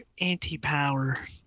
anti-power